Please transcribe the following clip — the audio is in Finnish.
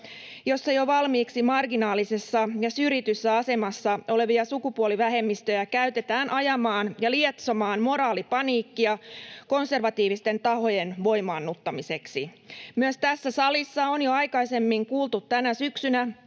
jossa jo valmiiksi marginaalisessa ja syrjityssä asemassa olevia sukupuolivähemmistöjä käytetään ajamaan ja lietsomaan moraalipaniikkia konservatiivisten tahojen voimaannuttamiseksi. Myös tässä salissa on jo aikaisemmin kuultu tänä syksynä